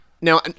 Now